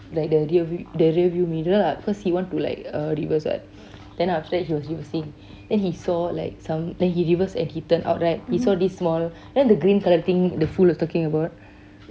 like the rear view mirror ah cause he want to like uh reverse [what] then after that he was reversing then he saw like some like he reverse then he turn out right he saw this small then the green colour thing the fool was talking about